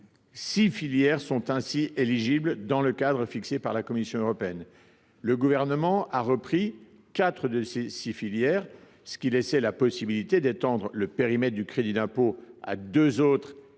six filières sont ainsi éligibles à ce crédit d’impôt dans le cadre fixé par la Commission européenne. Le Gouvernement a repris quatre de ces six filières, ce qui laissait la possibilité d’étendre le périmètre du crédit d’impôt à deux autres